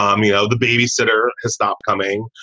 um you know, the baby sitter stopped coming.